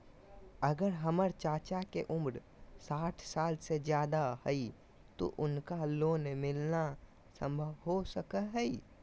अगर हमर चाचा के उम्र साठ साल से जादे हइ तो उनका लोन मिलना संभव हो सको हइ?